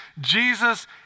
Jesus